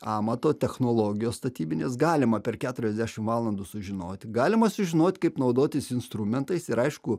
amato technologijos statybinės galima per keturiasdešim valandų sužinoti galima sužinot kaip naudotis instrumentais ir aišku